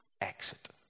Exit